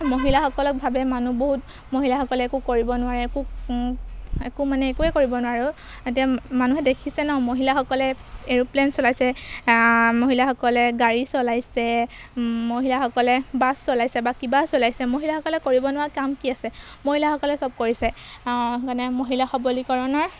মহিলাসকলকভাৱে মানুহ বহুত মহিলাসকলে একো কৰিব নোৱাৰে একো একো মানে একোৱে কৰিব নোৱাৰোঁ এতিয়া মানুহে দেখিছে ন মহিলাসকলে এৰোপ্লেন চলাইছে মহিলাসকলে গাড়ী চলাইছে মহিলাসকলে বাছ চলাইছে বা কিবা চলাইছে মহিলাসকলে কৰিব নোৱাৰা কাম কি আছে মহিলাসকলে চব কৰিছে মানে মহিলা সবলীকৰণৰ